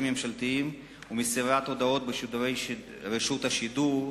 ממשלתיים ומסירת הודעות בשידורי רשות השידור,